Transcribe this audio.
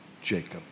Jacob